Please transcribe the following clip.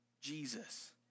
Jesus